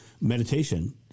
meditation